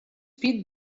pete